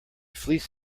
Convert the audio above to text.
fleece